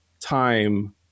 time